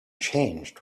changed